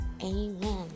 Amen